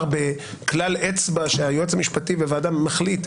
בכלל אצבע שהיועץ המשפטי בוועדה מחליט,